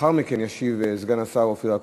לאחר מכן ישיב סגן השר אופיר אקוניס.